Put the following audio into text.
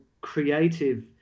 creative